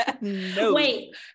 Wait